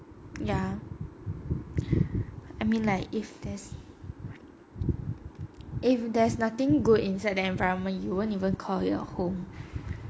ya I mean like if there's if there's nothing good inside the environment you won't even call it a home